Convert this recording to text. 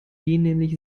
nämlich